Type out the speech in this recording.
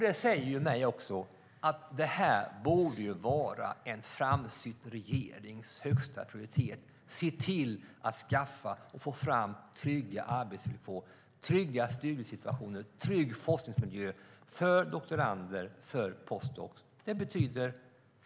Detta säger mig att det borde vara en framsynt regerings högsta prioritet att se till att skaffa och få fram trygga arbetsvillkor, trygga studiesituationer och trygg forskningsmiljö för doktorander och postdoktorer.